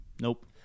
Nope